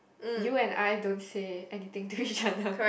you and I don't say anything to each other